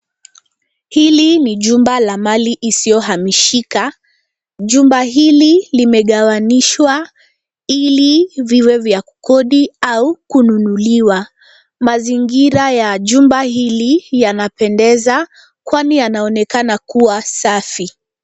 Hili ni jumba la mali isiyohamishika. Jumba hili limegawanishwa ili viwe vya kukodi au kununuliwa. Mazingira ya jengo hili yanapendeza kwani yanaonekana kuwa safi.